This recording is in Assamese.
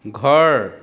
ঘৰ